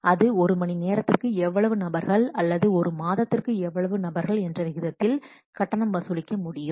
அது ஒரு மணி நேரத்திற்கு எவ்வளவு நபர்கள் அல்லது ஒரு மாதத்திற்கு எவ்வளவு நபர்கள் என்ற விகிதத்தில் கட்டணம் வசூலிக்க முடியும்